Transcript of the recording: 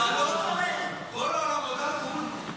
הראשונות כל העולם הודה לו.